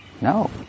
No